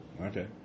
Okay